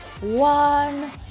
one